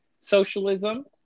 socialism